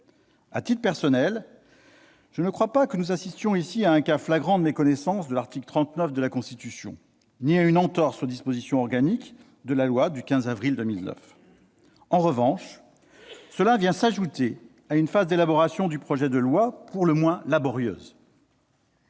À titre personnel, je ne crois pas que nous assistions ici à un cas flagrant de méconnaissance de l'article 39 de la Constitution ni à une entorse aux dispositions organiques de la loi du 15 avril 2009. Reste que cela vient s'ajouter à une phase d'élaboration du projet de loi pour le moins laborieuse.